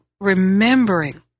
remembering